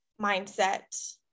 mindset